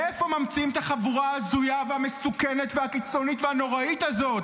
מאיפה ממציאים את החבורה ההזויה והמסוכנת והקיצונית והנוראית הזאת,